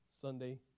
Sunday